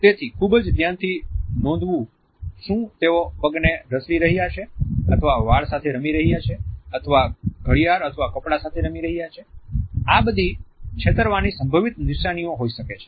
તેથી ખૂબ ધ્યાનથી નોંધવું શું તેઓ પગને ઢસડી રહ્યા છે અથવા વાળ સાથે રમી રહ્યા છે અથવા ઘડિયાળ અથવા કપડાં સાથે રમી રહ્યા છે આ બધી છેતરવાની સંભવિત નિશાનીઓ હોઈ શકે છે